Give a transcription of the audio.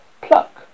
pluck